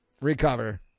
Recover